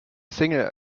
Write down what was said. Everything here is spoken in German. single